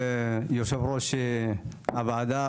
יושב ראש הוועדה,